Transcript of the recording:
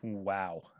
Wow